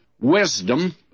wisdom